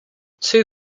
two